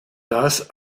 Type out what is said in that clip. das